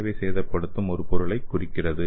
ஏவை சேதப்படுத்தும் ஒரு பொருளைக் குறிக்கிறது